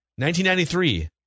1993